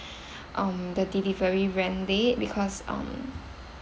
um the delivery ran late because um